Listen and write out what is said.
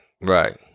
Right